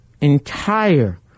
entire